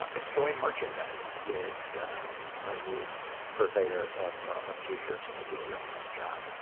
ah estoy merchandise is our new purveyor of of t-shirts and they do a real nice job